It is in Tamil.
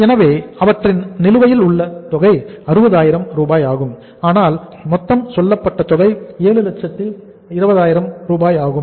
எனவே அவற்றின் நிலுவையில் உள்ள தொகை 60000 ஆகும் ஆனால் மொத்தம் சொல்லப்பட்ட தொகை 720000 ஆகும்